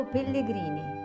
Pellegrini